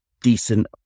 decent